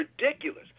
ridiculous